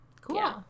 cool